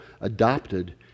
adopted